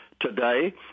today